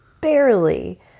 barely